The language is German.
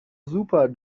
super